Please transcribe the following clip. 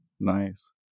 Nice